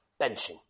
Benching